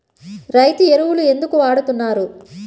రైతు ఎరువులు ఎందుకు వాడుతున్నారు?